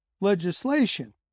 legislation